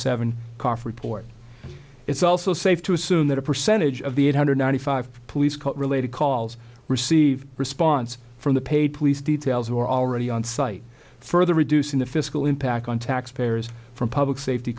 report it's also safe to assume that a percentage of the eight hundred ninety five police cut related calls receive response from the paid police details who are already on site further reducing the fiscal impact on taxpayers from public safety